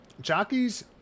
jockeys